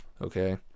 Okay